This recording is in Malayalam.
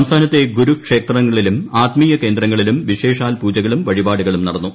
സംസ്ഥാനത്ത് ഗുരുക്ഷേത്രങ്ങളിലും ആത്മീയ കേന്ദ്രങ്ങളിലും വിശേഷാൽ പൂജകളും വഴിപാടുകളും നടന്നു